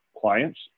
clients